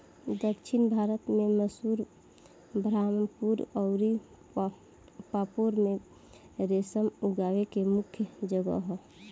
दक्षिण भारत के मैसूर, बरहामपुर अउर पांपोर में रेशम उगावे के मुख्या जगह ह